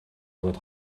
бөгөөд